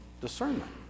discernment